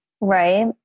right